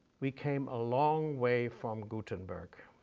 we came a long way from gutenberg.